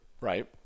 right